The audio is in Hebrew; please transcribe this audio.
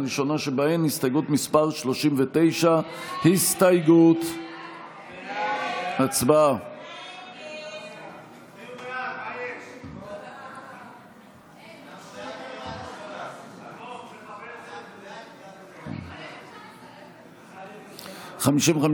הראשונה שבהן, הסתייגות מס' 39. הצבעה.